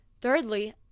Thirdly